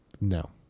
No